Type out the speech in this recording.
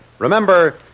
Remember